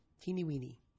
teeny-weeny